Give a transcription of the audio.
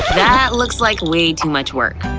that looks like way too much work.